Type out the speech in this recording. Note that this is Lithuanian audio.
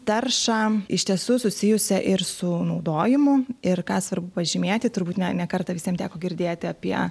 taršą iš tiesų susijusią ir su naudojimu ir ką svarbu pažymėti turbūt ne ne kartą visiem teko girdėti apie